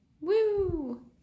Woo